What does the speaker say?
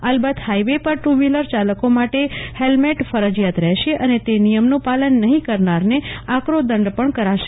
અલબત્ત હાઈવે પર ટુ વ્હીલરચાલકો માટે હેલ્મેટ પહેરવું રહેશે અને તે નિયમનું પાલન નહીં કરનારને આકરો દંડ પણ કરાશે